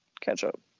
ketchup